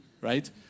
right